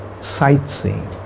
sightseeing